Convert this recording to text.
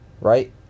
right